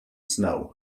snow